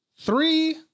Three